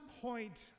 point